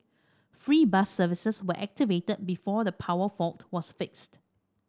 free bus services were activated before the power fault was fixed